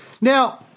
Now